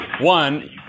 one